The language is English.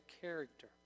character